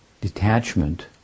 detachment